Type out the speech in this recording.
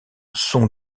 son